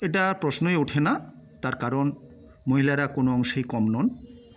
এটা প্রশ্নই ওঠে না তার কারণ মহিলারা কোনও অংশেই কম নন